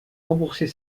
rembourser